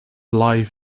live